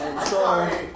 Sorry